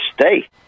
stay